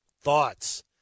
thoughts